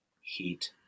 heat